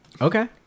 Okay